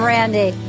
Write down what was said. Randy